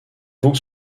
vont